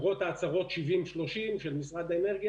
ולמרות ההצהרות לגבי 30/70 של משרד האנרגיה